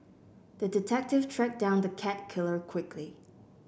the detective tracked down the cat killer quickly